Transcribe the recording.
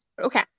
Okay